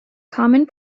common